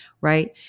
right